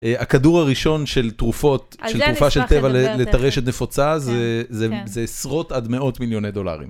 הכדור הראשון של תרופות, של תרופה של טבע לטרשת נפוצה זה עשרות עד מאות מיליוני דולרים.